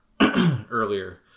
earlier